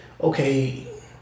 okay